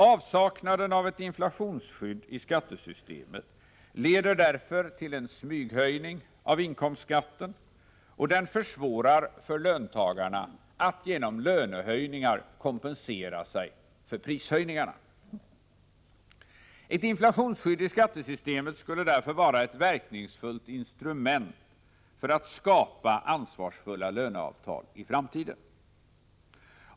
Avsaknaden av ett inflationsskydd i skattesystemet leder därför till en smyghöjning av inkomstskatten, och den försvårar för löntagarna att genom lönehöjningar kompensera sig för prisstegringarna. Ett inflationsskydd i skattesystemet skulle därför vara ett verkningsfullt instrument för att skapa ansvarsfulla löneavtal i framtiden.